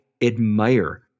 admire